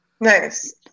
nice